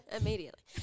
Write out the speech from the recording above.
Immediately